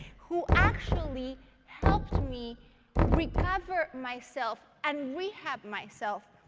who actually helped me recover myself and rehab myself.